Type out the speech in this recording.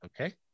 Okay